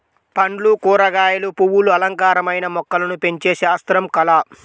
పండ్లు, కూరగాయలు, పువ్వులు అలంకారమైన మొక్కలను పెంచే శాస్త్రం, కళ